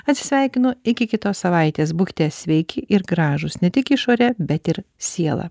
atsisveikinu iki kitos savaitės būkite sveiki ir gražūs ne tik išore bet ir siela